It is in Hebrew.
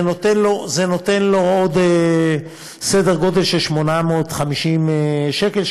זה נותן לו סדר גודל של עוד 850 שקל,